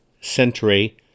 century